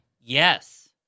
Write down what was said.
yes